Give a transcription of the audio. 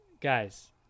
Guys